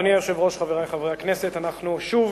אדוני היושב-ראש, חברי חברי הכנסת, אנחנו שוב